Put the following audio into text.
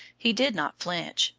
he did not flinch,